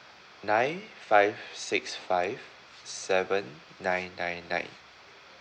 nine five six five seven nine nine nine